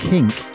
Kink